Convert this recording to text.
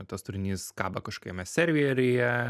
tas turinys kaba kažkokiame serveryje